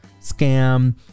scam